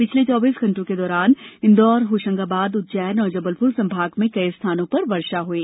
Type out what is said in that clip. पिछले चौबीस घण्टों के दौरान इन्दौर होशंगाबाद उज्जैन और जबलपुर संभाग में कई स्थानों पर वर्षा हुई